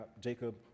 Jacob